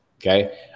Okay